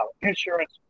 insurance